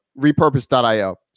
Repurpose.io